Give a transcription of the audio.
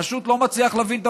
פשוט לא מצליח להבין.